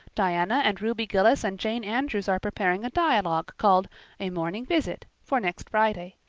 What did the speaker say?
diana and ruby gillis and jane andrews are preparing a dialogue, called a morning visit for next friday.